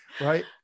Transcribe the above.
right